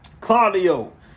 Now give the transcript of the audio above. Claudio